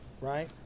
right